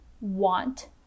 want